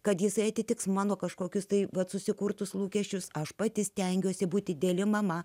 kad jisai atitiks mano kažkokius tai vat susikurtus lūkesčius aš pati stengiuosi būti ideali mama